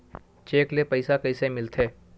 Cheque ले पईसा कइसे मिलथे?